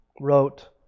wrote